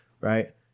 right